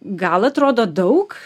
gal atrodo daug